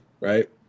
right